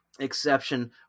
exception